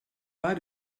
pas